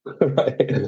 Right